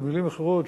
במלים אחרות,